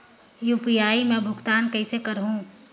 UPI मा भुगतान कइसे करहूं?